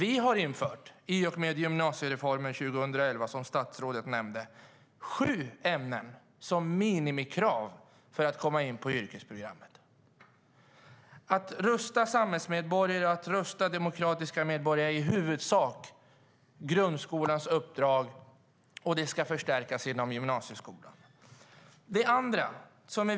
I och med 2011 års gymnasiereform, som statsrådet nämnde, har vi infört sju ämnen som minimikrav för att komma in på yrkesprogrammen. Att rusta demokratiska samhällsmedborgare är i huvudsak grundskolans uppdrag, och detta ska förstärkas genom gymnasieskolan.